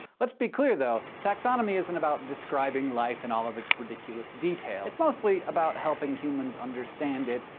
let's be clear though, taxonomy isn't about describing life in all of it's ridiculous detail, it's mostly about helping humans understand it,